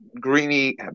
Greeny